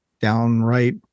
downright